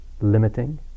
limiting